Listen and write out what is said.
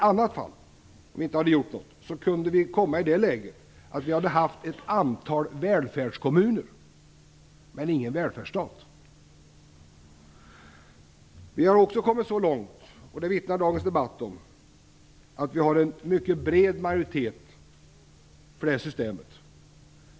Utan ett sådant system kunde vi komma i det läget att vi hade ett antal välfärdskommuner men ingen välfärdsstat. Vi har också kommit så långt - som dagens debatt vittnar om - att vi fått en mycket bred majoritet för detta system.